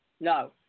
No